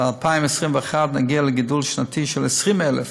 ב-2021 נגיע לגידול שנתי של 20,000,